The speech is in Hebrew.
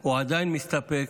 או עדיין מסתפק,